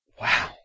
Wow